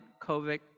COVID